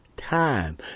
time